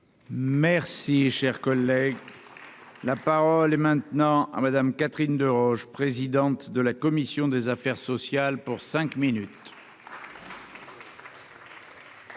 Merci, cher collègue. La parole est maintenant à Madame Catherine Deroche, présidente de la commission des affaires sociales pour cinq minutes.